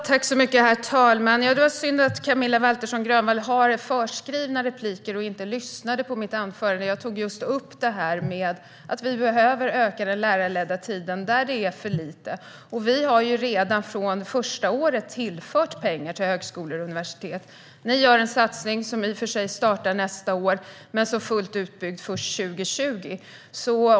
Herr talman! Det är synd att Camilla Waltersson Grönvall har skrivna repliker och att hon inte lyssnade på mitt anförande. Jag tog just upp att vi behöver öka den lärarledda tiden där den är för liten. Vi har redan från första året tillfört pengar till högskolor och universitet. Ni gör en satsning som i och för sig startar nästa år men som är fullt utbyggd först 2020.